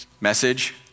message